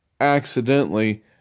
accidentally